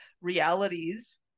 realities